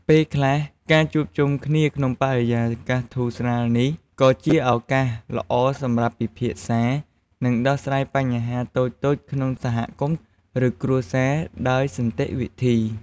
ពេលខ្លះ ការជួបជុំគ្នាក្នុងបរិយាកាសធូរស្រាលនេះ ក៏ជាឱកាសល្អសម្រាប់ពិភាក្សា និងដោះស្រាយបញ្ហាតូចៗក្នុងសហគមន៍ ឬគ្រួសារដោយសន្តិវិធី។